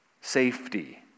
safety